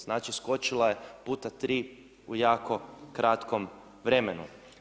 Znači skočila je puta 3 u jako kratkom vremenu.